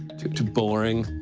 too too boring.